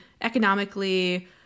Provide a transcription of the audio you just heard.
economically